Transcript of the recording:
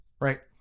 right